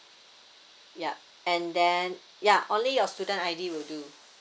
yup and then ya only your student I_D will do